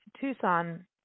Tucson